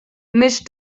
misch